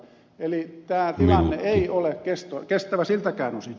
tämä tilanne ei ole kestävä siltäkään osin